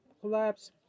collapse